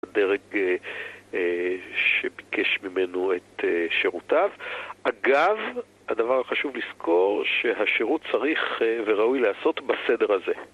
דרג שביקש ממנו את שירותיו. אגב, הדבר החשוב לזכור, שהשירות צריך וראוי להיעשות בסדר הזה.